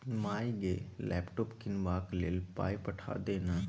माय गे लैपटॉप कीनबाक लेल पाय पठा दे न